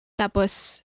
tapos